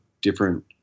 different